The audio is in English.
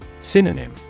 Synonym